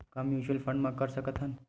का mutual fund म कर सकत हन?